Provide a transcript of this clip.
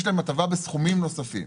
יש להם הטבה בסכומים נוספים.